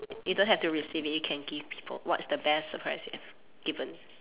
you don't have to receive it you can give people what's the best surprise you have given